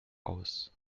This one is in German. aus